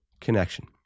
connection